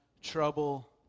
trouble